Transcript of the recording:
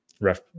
ref